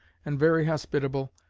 and very hospitable,